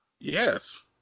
Yes